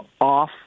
off